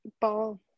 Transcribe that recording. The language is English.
ball